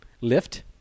Lift